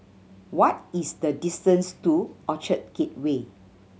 what is the distance to Orchard Gateway